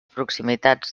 proximitats